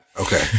Okay